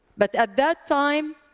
but at that time,